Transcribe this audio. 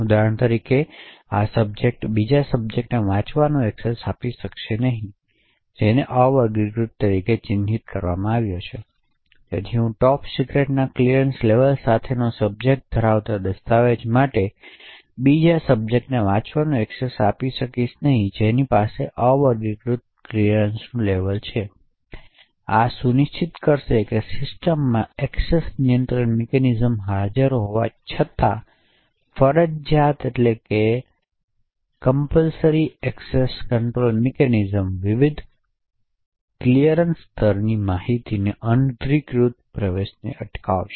ઉદાહરણ તરીકે આ સબ્જેક્ટ બીજા સબ્જેક્ટને વાંચવાનો એક્સેસ આપી શકશે નહીં જેને અવર્ગીકૃત તરીકે ચિહ્નિત કરવામાં આવ્યો છે તેથી હું ટોપ સિક્રેટના ક્લિયરન્સ લેવલ સાથેનો સબ્જેક્ટ ધરાવતો દસ્તાવેજ માટે બીજા સબ્જેક્ટને વાંચવાનો એક્સેસ આપી શકશે નહીં જેની પાસે અવર્ગીકૃતનું ક્લિયરન્સ લેવલ તેથી આ સુનિશ્ચિત કરશે કે સિસ્ટમમાં એક્સેસ નિયંત્રણ મિકેનિઝમ્સ હાજર હોવા છતાં ફરજિયાત એક્સેસ કંટ્રોલ મિકેનિઝમ્સ વિવિધ ક્લિયરન્સ સ્તરોની માહિતીના અનધિકૃત પ્રવાહને અટકાવશે